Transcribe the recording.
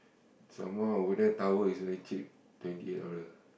some more over there tower is very cheap twenty eight dollar